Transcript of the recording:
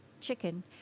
chicken